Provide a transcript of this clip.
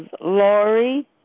Lori